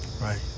Right